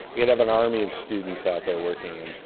you could have an army of students out there working